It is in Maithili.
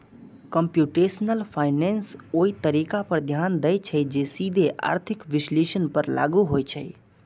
कंप्यूटेशनल फाइनेंस ओइ तरीका पर ध्यान दै छै, जे सीधे आर्थिक विश्लेषण पर लागू होइ छै